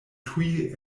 tuj